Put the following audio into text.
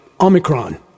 omicron